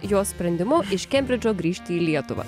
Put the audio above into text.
jos sprendimu iš kembridžo grįžti į lietuvą